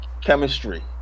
Chemistry